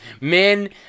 Men